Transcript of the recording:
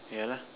yeah lah